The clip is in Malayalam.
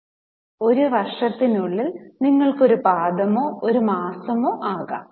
1 വർഷത്തിനുള്ളിൽ നിങ്ങൾക്ക് ഒരു പാദമോ ഒരു മാസമോ ആകാം